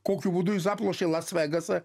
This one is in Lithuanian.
kokiu būdu jis aplošė las vegasą